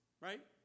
Right